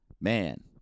man